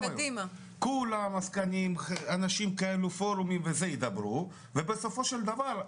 כל העסקנים והפורומים ידברו ובסופו של דבר,